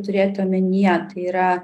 turėti omenyje tai yra